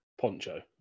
Poncho